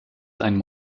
sein